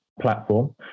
platform